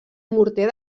morter